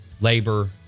labor